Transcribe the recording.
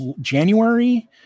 January